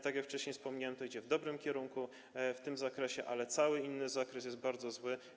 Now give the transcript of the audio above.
Tak jak wcześniej wspomniałem, oczywiście idzie to w dobrym kierunku w tym zakresie, ale cały inny zakres jest bardzo zły.